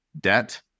debt